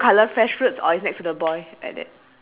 but your bee how come your bee is going towards the fresh fruit